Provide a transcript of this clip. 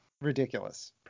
Ridiculous